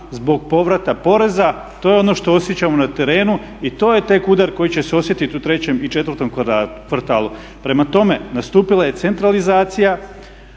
zbog povrata poreza. To je ono što osjećamo na terenu i to je tek udar koji će se osjetiti u 3. i 4. kvartalu. Prema tome, nastupila je centralizacija,